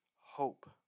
hope